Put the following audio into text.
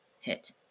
hit